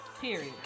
Period